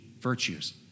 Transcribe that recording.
virtues